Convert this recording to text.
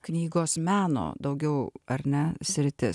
knygos meno daugiau ar ne sritis